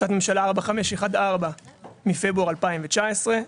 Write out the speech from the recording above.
החלטת ממשלה 4514 מפברואר 2019,